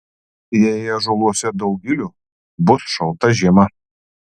jei ąžuoluose daug gilių bus šalta žiema